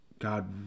God